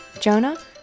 Jonah